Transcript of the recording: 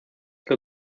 que